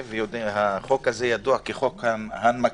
החוק הזה ידוע כ"חוק ההנמקות",